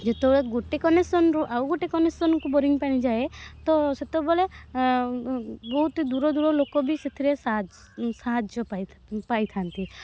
ଯେତେବେଳେ ଗୋଟେ କନେକସନ୍ରୁ ଆଉ ଗୋଟେ କନେକସନ୍ରୁ ବୋରିଙ୍ଗ୍ ପାଣି ଯାଏ ତ ସେତେବେଳେ ବହୁତ ଦୂରଦୂର ଲୋକବି ସେଥିରେ ସାହାଯ୍ୟ ପାଇ ପାଇଥାନ୍ତି